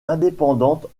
indépendantes